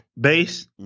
base